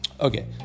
Okay